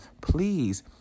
please